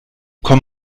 komm